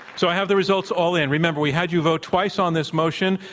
so i have the results all in. remember, we had you vote twice on this motion,